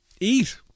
Eat